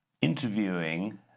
interviewing